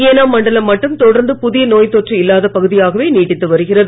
ஏனாம் மண்டலம் மட்டும் தொடர்ந்து புதிய நோய் தொற்று இல்லாத பகுதியாகவே நீடித்து வருகிறது